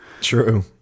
True